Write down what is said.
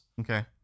Okay